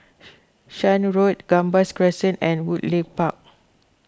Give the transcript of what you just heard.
Shan Road Gambas Crescent and Woodleigh Park